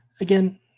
Again